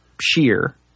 sheer